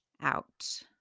out